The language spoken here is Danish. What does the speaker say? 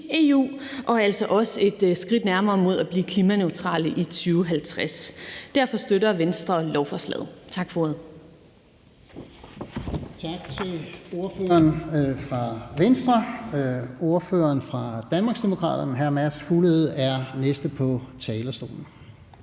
EU og altså også et skridt nærmere at blive klimaneutrale i 2050. Derfor støtter Venstre lovforslaget. Tak for ordet.